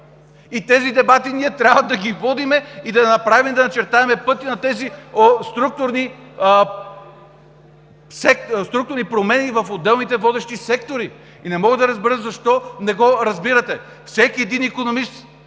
Тези дебати трябва да ги водим и да начертаем пътя на тези структурни промени в отделните водещи сектори. Не мога да разбера защо не го разбирате. Всеки икономист